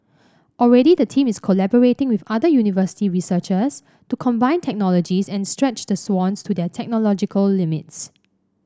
already the team is collaborating with other university researchers to combine technologies and stretch the swans to their technological limits